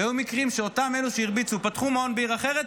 היו מקרים שאותן אלה שהרביצו פתחו מעון בעיר אחרת,